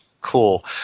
Cool